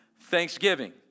thanksgiving